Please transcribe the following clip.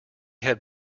had